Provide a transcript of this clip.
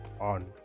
on